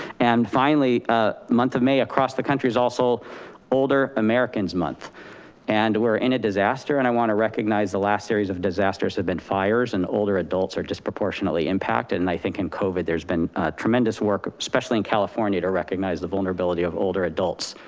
and finally, ah month of may across the country is also older americans month and we're in a disaster and i wanna recognize the last series of disasters have been fires and older adults are disproportionately impacted, and i think in covid there's been tremendous work, especially in california, to recognize the vulnerability of older adults,